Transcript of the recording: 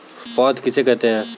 पौध किसे कहते हैं?